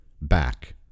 back